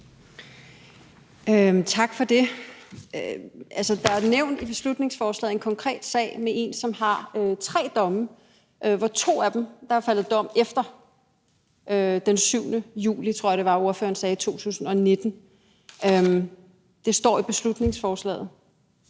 Tak for det. Altså, der er i beslutningsforslaget nævnt en konkret sag med en, som har tre domme, hvor de to af dem er faldet efter den 7. juli 2019, tror jeg det var ordføreren sagde. Det står i beslutningsforslaget